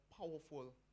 powerful